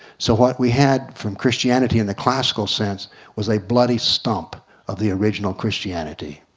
so what we had from christianity in the classical sense was a bloody stump of the original christianity.